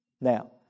Now